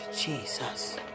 Jesus